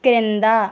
కింద